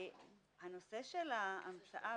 הנושא של ההמצאה